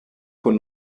von